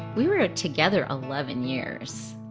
we were together eleven years,